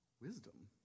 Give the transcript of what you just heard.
wisdom